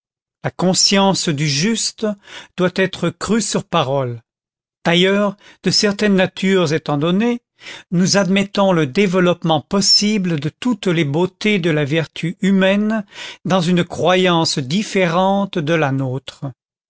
la conscience du juste doit être crue sur parole d'ailleurs de certaines natures étant données nous admettons le développement possible de toutes les beautés de la vertu humaine dans une croyance différente de la nôtre